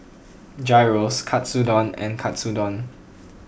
Gyros Katsudon and Katsudon